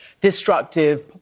destructive